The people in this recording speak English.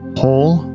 whole